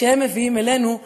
שהם מביאים אלינו,